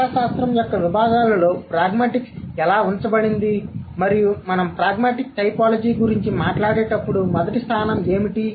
భాషాశాస్త్రం యొక్క విభాగాలులో ప్రాగ్మాటిక్స్ ఎలా ఉంచబడింది మరియు మనం ప్రాగ్మాటిక్ టైపోలాజీ గురించి మాట్లాడేటప్పుడు మొదటి స్థానం ఏమిటి